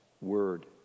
word